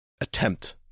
attempt